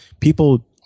People